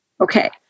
Okay